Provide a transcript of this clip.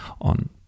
on